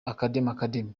academy